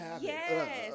Yes